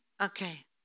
Okay